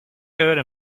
code